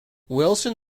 wilson